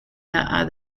are